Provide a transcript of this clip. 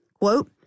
Quote